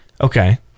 Okay